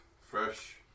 fresh